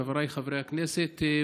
חבריי חברי הכנסת,